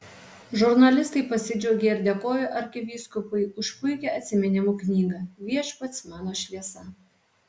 žurnalistai pasidžiaugė ir dėkojo arkivyskupui už puikią atsiminimų knygą viešpats mano šviesa